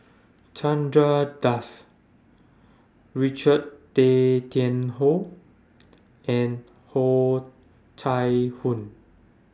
Chandra Das Richard Tay Tian Hoe and Oh Chai Hoo